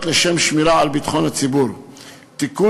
לשם שמירה על ביטחון הציבור (תיקון,